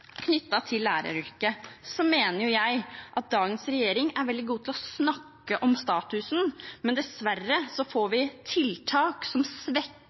knyttet til læreryrket, mener jeg at dagens regjering er veldig god til å snakke om status, men dessverre får vi tiltak som